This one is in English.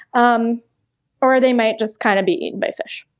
um or or they might just kind of be eaten by fish.